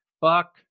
fuck